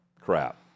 crap